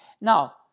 now